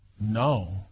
No